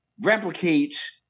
replicate